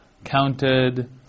counted